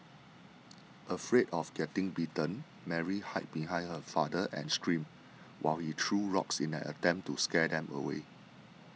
afraid of getting bitten Mary hid behind her father and screamed while he threw rocks in an attempt to scare them away